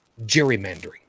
gerrymandering